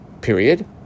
Period